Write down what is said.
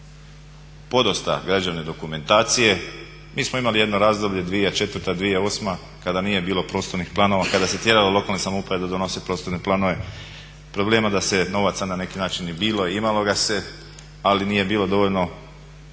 podosta građevne dokumentacije. Mi smo imali jedno razdoblje 2004./2008. kada nije bilo prostornih planova, kada se tjeralo lokalne samouprave da donose prostorne planove, problema da se novaca na neki način i bilo i imalo ga se ali nije bilo dovoljno